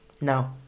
No